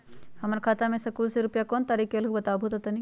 हमर खाता में सकलू से रूपया कोन तारीक के अलऊह बताहु त तनिक?